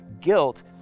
Guilt